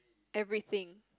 everything